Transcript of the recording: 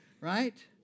right